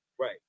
Right